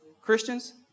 Christians